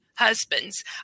husbands